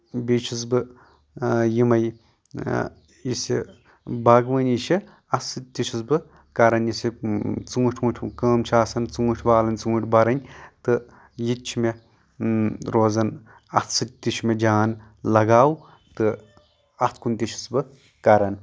بیٚیہِ چھُس بہٕ یَمے یُس یہِ باغبٲنی چھےٚ اَتھ سۭتۍ تہِ چھُس بہٕ کَران یُس یہِ ژوٗنٹھۍ ووُنٹھۍ ہُنٛد کٲم چھ آسان ژوٗنٹھۍ والٕنۍ ژوٗنٹھۍ بَرٕنۍ تہٕ یہِ تہِ چھِ مےٚ روزان اَتھ سۭتۍتہِ چھُ مےٚ جان لَگاو تہٕ اَتھ کُن تہِ چھُس بہٕ کَران